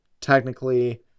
Technically